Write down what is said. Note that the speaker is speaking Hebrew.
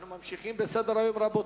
רבותי, אנחנו ממשיכים בסדר-היום: